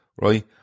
right